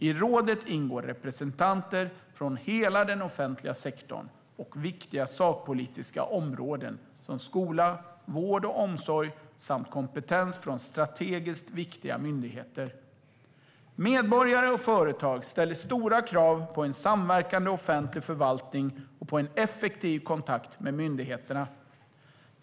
I rådet ingår representanter från hela den offentliga sektorn och viktiga sakpolitiska områden som skola, vård och omsorg samt kompetens från strategiskt viktiga myndigheter. Medborgare och företag ställer stora krav på en samverkande offentlig förvaltning och på en effektiv kontakt med myndigheterna.